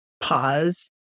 pause